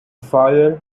fire